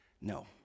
No